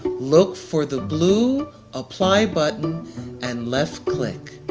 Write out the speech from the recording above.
look for the blue apply button and left click.